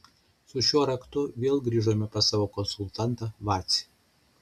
su šiuo raktu vėl grįžome pas savo konsultantą vacį